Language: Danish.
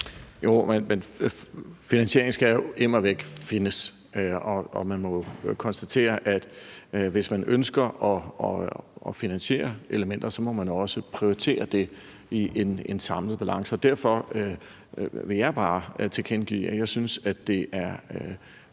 Jo, men finansieringen skal jo immer væk findes, og man må jo konstatere, at hvis man ønsker at finansiere elementer, må man også prioritere det i en samlet balance. Derfor vil jeg bare tilkendegive, at jeg synes, at det er